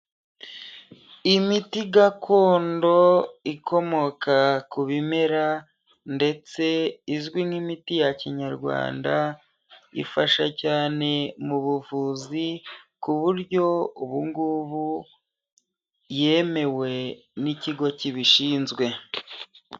Imiti gakondo ikomoka ku bimera ndetse izwi nk'imiti ya kinyarwanda, ifasha cyane mu buvuzi ku buryo ubu ngubu yemewe n'ikigo kibishinzwe.